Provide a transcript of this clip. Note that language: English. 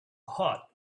hot